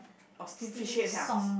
or steam fish head ah